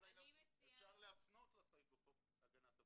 אפשר להפנות לסעיף בחוק הגנת הפרטיות.